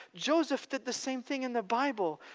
joseph did the same thing in the bible.